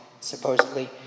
supposedly